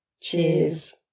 Cheers